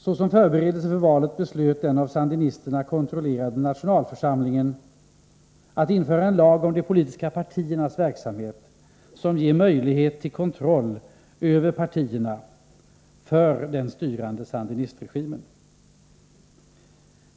Såsom förberedelse för valet beslöt den av sandinisterna kontrollerade nationalförsamlingen att införa en lag om de politiska partiernas verksamhet som ger den styrande sandinistregimen möjlighet till kontroll över partierna.